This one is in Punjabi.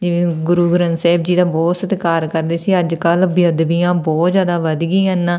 ਜਿਵੇਂ ਗੁਰੂ ਗ੍ਰੰਥ ਸਾਹਿਬ ਜੀ ਦਾ ਬਹੁਤ ਸਤਿਕਾਰ ਕਰਦੇ ਸੀ ਅੱਜ ਕੱਲ੍ਹ ਬੇਅਦਬੀਆਂ ਬਹੁਤ ਜ਼ਿਆਦਾ ਵੱਧ ਗਈਆਂ ਇਨ